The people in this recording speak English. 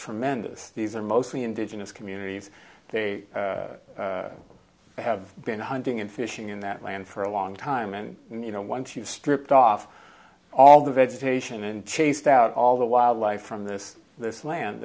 tremendous these are mostly indigenous communities they have been hunting and fishing in the land for a long time and you know once you've stripped off all the vegetation and chased out all the wildlife from this this land